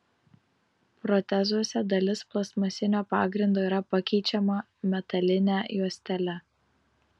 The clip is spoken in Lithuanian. protezuose dalis plastmasinio pagrindo yra pakeičiama metaline juostele